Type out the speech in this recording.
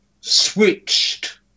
switched